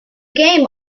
game